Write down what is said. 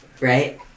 right